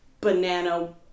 banana